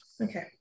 okay